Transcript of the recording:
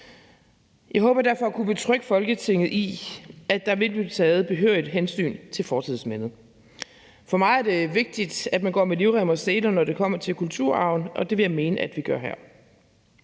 Jeg håber derfor at kunne betrygge Folketinget i, at der vil blive taget behørigt hensyn til fortidsmindet. For mig er det vigtigt, at man går med livrem og seler, når det kommer til kulturarven, og det vil jeg mene at vi gør her.